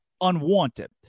unwanted